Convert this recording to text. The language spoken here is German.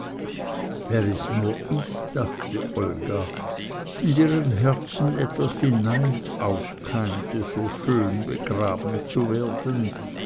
wer es nur is dachte olga in deren herzen etwas wie neid aufkeimte so schön begraben zu werden